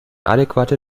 adäquate